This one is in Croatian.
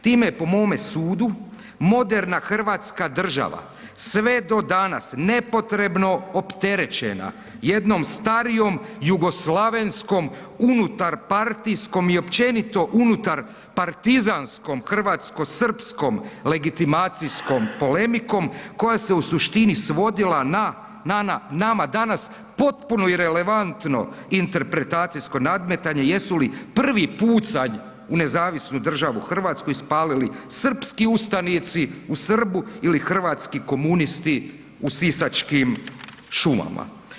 Time je po mome sudu moderna Hrvatska država sve do danas nepotrebno opterećena jednom starijom jugoslavenskom unutar partijskom i općenito unutar partizanskom hrvatskosrpskom legitimacijskom polemikom koja se u suštini svodila na nama danas potpuno irelevantno interpretacijsko nadmetanje jesu li prvi pucanj u Nezavisnu državu Hrvatsku ispalili srpski ustanici u Srbu ili hrvatski komunisti u sisačkim šumama.